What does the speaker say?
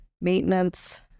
maintenance